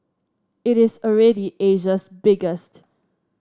it is already Asia's biggest